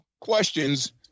questions